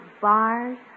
bars